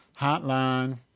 Hotline